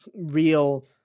real